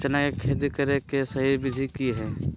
चना के खेती करे के सही विधि की हय?